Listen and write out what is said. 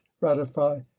ratify